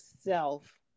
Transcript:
self